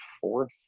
fourth